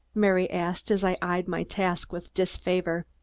mary asked as i eyed my task with disfavor.